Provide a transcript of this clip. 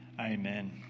Amen